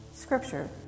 scripture